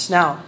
Now